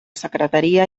secretaria